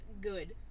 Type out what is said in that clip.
good